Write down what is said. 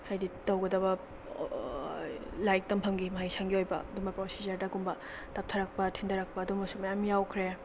ꯍꯥꯏꯗꯤ ꯇꯧꯒꯗꯕ ꯂꯥꯏꯔꯤꯛ ꯇꯝꯐꯝꯒꯤ ꯃꯍꯩꯁꯪꯒꯤ ꯑꯣꯏꯕ ꯑꯗꯨꯝꯕ ꯄ꯭ꯔꯣꯁꯤꯖꯔꯗꯒꯨꯝꯕ ꯇꯞꯊꯔꯛꯄ ꯊꯤꯟꯊꯔꯛꯄ ꯑꯗꯨꯝꯕꯁꯨ ꯃꯌꯥꯝ ꯌꯥꯎꯈ꯭ꯔꯦ